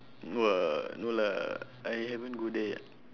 !wah! no lah I haven't go there yet